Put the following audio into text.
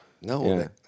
No